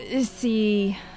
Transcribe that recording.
see